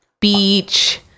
beach